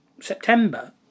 September